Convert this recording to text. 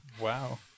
Wow